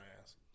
ass